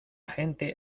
gente